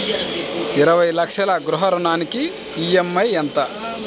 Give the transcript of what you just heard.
ఇరవై లక్షల గృహ రుణానికి ఈ.ఎం.ఐ ఎంత?